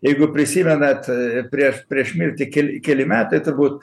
jeigu prisimenat prieš prieš mirtį kel keli metai turbūt